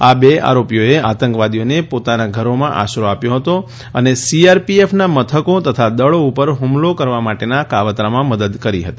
આ બે આરોપીઓએ આતંકવાદીઓને પોતાનાં ઘરોમાં આશરો આપ્યો હતો અ સીઆરપીએફનાં મથકો તથા દળો ઉપર ફમલો કરવા માટેના કાવતરામાં મદદ કરી હતી